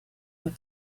what